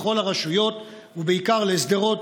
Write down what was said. לכל הרשויות ובעיקר לשדרות,